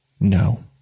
No